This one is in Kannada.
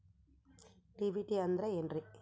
ಡಿ.ಬಿ.ಟಿ ಅಂದ್ರ ಏನ್ರಿ?